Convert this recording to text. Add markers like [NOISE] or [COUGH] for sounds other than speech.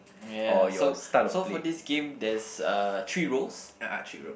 ya so so for this game there's uh three roles [NOISE]